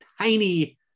tiny